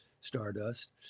stardust